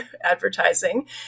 advertising